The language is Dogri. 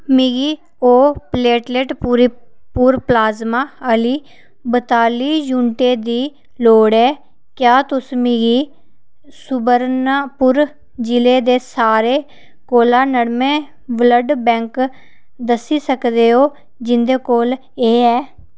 मिगी ओ प्लेटलेट पुरे पुर प्लाज्मा आह्ली बताली युनटें दी लोड़ ऐ क्या तुस मिगी सुबर्णापुर जि'ले दे सारे कोला नेड़मे ब्लड बैंक दस्सी सकदे ओ जिं'दे कोल एह् है